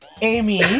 Amy